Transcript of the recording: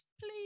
please